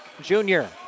junior